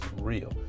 real